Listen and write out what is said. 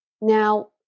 Now